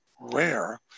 rare